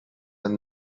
and